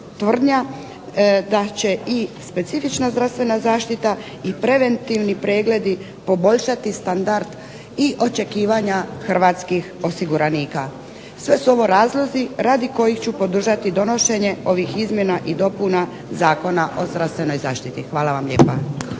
da će i specifična zdravstvena zaštita i preventivni pregledi poboljšati standard i očekivanja hrvatskih osiguranika. Sve su ovo razlozi radi kojih ću podržati donošenje ovih izmjena i dopuna Zakona o zdravstvenoj zaštiti. Hvala vam lijepo.